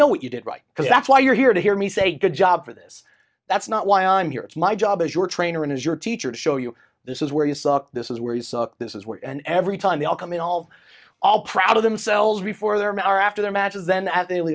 know what you did right because that's why you're here to hear me say good job for this that's not why i'm here it's my job as your trainer and as your teacher to show you this is where you suck this is where he's this is where and every time they all come in all all proud of themselves before their men are after their matches then they